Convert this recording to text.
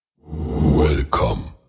Welcome